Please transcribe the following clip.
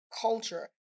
culture